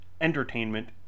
entertainment